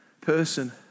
person